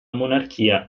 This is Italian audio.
monarchia